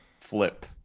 flip